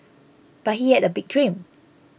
but he had a big dream